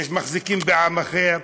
מחזיקים בעם אחר.